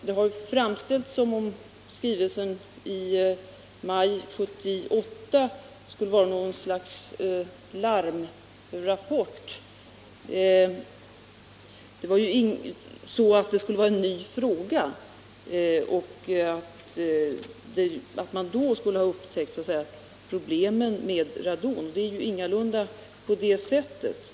Det har framställts så som om skrivelsen i maj 1978 skulle ha varit något slags larmrapport, att frågan då skulle ha varit ny och att man då så att säga skulle ha upptäckt problemen med radon. Det är ingalunda på det sättet.